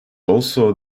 also